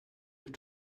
have